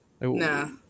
No